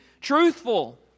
truthful